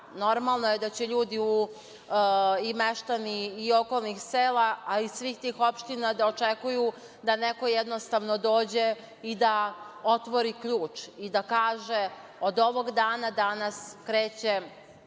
normalno je da će ljudi i meštani i okolnih sela ili svih tih opština da očekuju da neko jednostavno dođe i da otvori ključ i da kaže – od ovog dana danas kreće